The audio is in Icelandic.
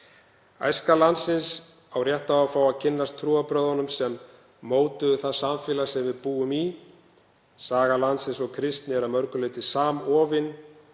Æska landsins á rétt á að fá að kynnast trúarbrögðunum sem mótuðu það samfélag sem við búum í. Saga landsins og kristni er að mörgu leyti samofin,